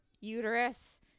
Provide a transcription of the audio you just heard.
uterus